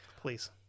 Please